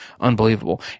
unbelievable